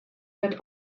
wird